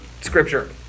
scripture